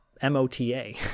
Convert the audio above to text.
M-O-T-A